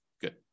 Good